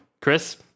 chris